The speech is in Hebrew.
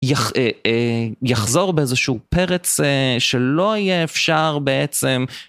יחזור באיזשהו פרץ שלא יהיה אפשר בעצם